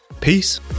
Peace